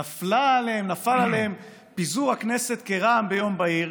נפל עליהם פיזור הכנסת כרעם ביום בהיר.